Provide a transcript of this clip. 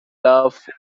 love